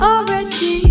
Already